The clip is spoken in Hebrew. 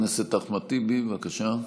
חבר הכנסת אחמד טיבי, בבקשה.